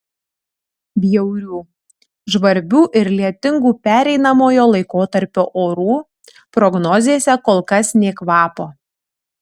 bjaurių žvarbių ir lietingų pereinamojo laikotarpio orų prognozėse kol kas nė kvapo